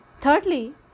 Thirdly